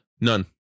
None